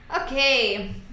okay